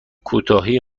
کوتاهی